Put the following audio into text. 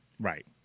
Right